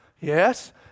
Yes